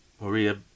Maria